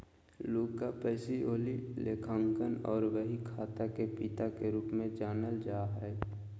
Luca Pacioli लेखांकन आर बहीखाता के पिता के रूप मे जानल जा हथिन